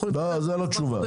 זה לא תשובה.